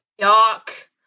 Yuck